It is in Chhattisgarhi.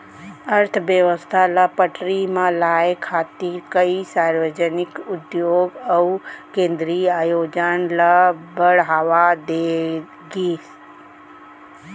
अर्थबेवस्था ल पटरी म लाए खातिर कइ सार्वजनिक उद्योग अउ केंद्रीय आयोजन ल बड़हावा दे गिस